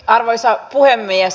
arvoisa puhemies